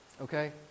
Okay